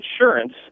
insurance